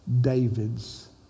David's